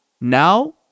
now